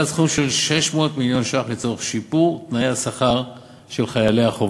סכום של 600 מיליון ש"ח לצורך שיפור תנאי השכר של חיילי החובה.